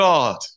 God